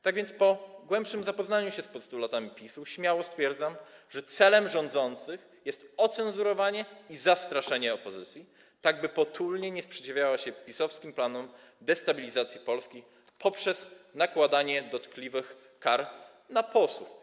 Tak więc po głębszym zapoznaniu się z postulatami PiS-u śmiało stwierdzam, że celem rządzących jest ocenzurowanie i zastraszenie opozycji, tak by potulnie nie sprzeciwiała się PiS-owskim planom destabilizacji Polski, poprzez nakładanie dotkliwych kar na posłów.